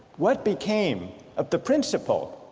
what became of the principle